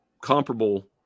comparable